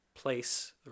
place